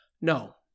No